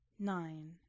nine